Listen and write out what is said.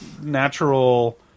natural